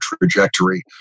trajectory